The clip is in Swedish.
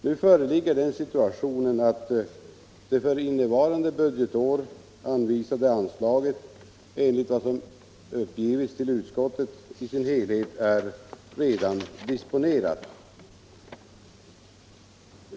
Nu föreligger den situationen att det för innevarande budgetår anvisade anslaget, enligt vad som uppgivits till utskottet, i sin helhet redan är disponerat.